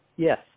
Yes